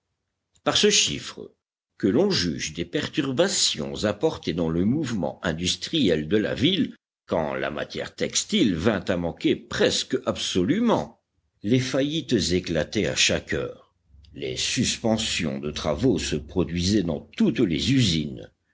par ce chiffre que l'on juge des perturbations apportées dans le mouvement industriel de la ville quand la matière textile vint à manquer presque absolument les faillites éclataient à chaque heure les suspensions de travaux se produisaient dans toutes les usines